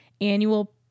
annual